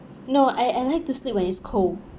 no I I like to sleep when it's cold